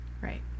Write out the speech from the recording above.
Right